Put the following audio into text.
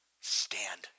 Stand